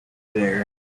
there